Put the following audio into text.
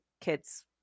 kids